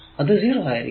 അത് 0 ആയിരിക്കും